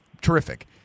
terrific